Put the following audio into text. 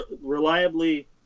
Reliably